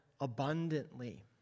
abundantly